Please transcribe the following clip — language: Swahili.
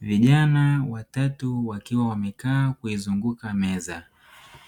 Vijana watatu wakiwa wamekaa kuizunguka meza